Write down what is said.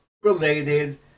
related